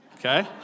Okay